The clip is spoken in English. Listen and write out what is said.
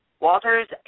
Walters